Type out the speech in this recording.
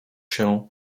się